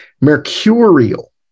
mercurial